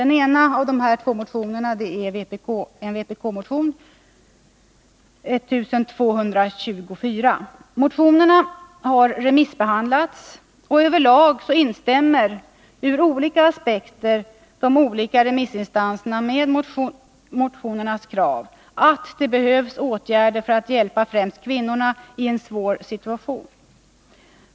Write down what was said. Den ena är vpk-motionen 1224. Motionerna har remissbehandlats, och överlag instämmer ur olika aspekter de olika remissinstanserna i motionernas krav att det behövs åtgärder för att hjälpa främst kvinnorna i en svår situation.